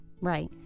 right